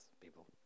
people